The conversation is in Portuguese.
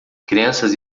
crianças